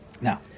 Now